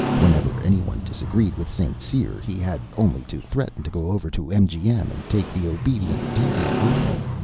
whenever anyone disagreed with st. cyr, he had only to threaten to go over to mgm and take the obedient deedee with him,